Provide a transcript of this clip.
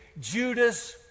Judas